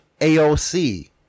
AOC